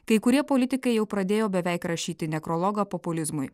kai kurie politikai jau pradėjo beveik rašyti nekrologą populizmui